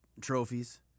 trophies